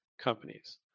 companies